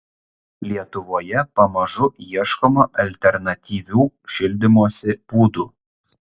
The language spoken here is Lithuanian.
lietuvoje pamažu ieškoma alternatyvių šildymosi būdų